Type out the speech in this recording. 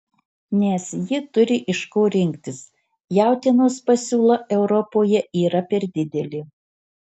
nes ji turi iš ko rinktis jautienos pasiūla europoje yra per didelė